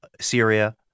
Syria